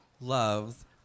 loves